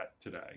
today